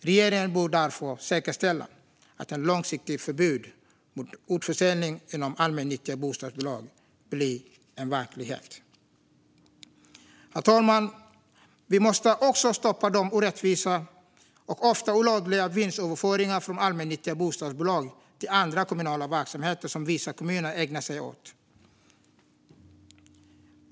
Regeringen bör därför säkerställa att ett långsiktigt förbud mot försäljning inom allmännyttiga bostadsbolag blir verklighet. Herr talman! Vi måste också stoppa de orättvisa och ofta olagliga vinstöverföringar från allmännyttiga bostadsbolag till andra kommunala verksamheter som vissa kommuner ägnar sig åt.